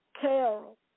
Carol